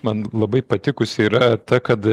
man labai patikusi yra ta kad